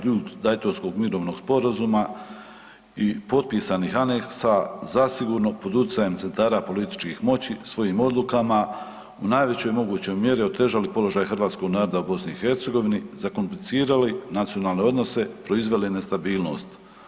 Dejtonskog mirovnog sporazuma i potpisnih aneksa zasigurno pod utjecajem centara političkih moći svojim odlukama u najvećoj mogućoj mjeri otežali položaj hrvatskog naroda u BiH, zakomplicirali nacionalne odnose, proizveli nestabilnost.